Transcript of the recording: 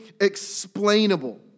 explainable